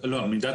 מידת